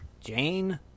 Jane